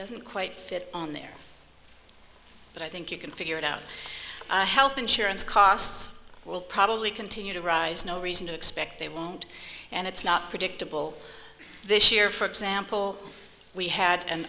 doesn't quite fit on there but i think you can figure it out health insurance costs will probably continue to rise no reason to expect they won't and it's not predictable this year for example we had an